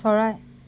চৰাই